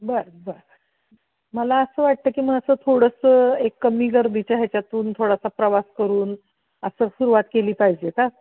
बरं बरं मला असं वाटतं की मग असं थोडंसं एक कमी गर्दीच्या ह्याच्यातून थोडासा प्रवास करून असं सुरूवात केली पाहिजे का